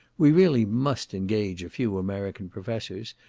we really must engage a few american professors,